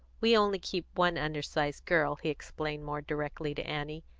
we only keep one undersized girl, he explained more directly to annie,